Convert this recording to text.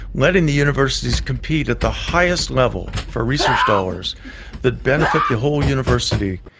letting the universities compete at the highest level for research dollars that benefit the whole university,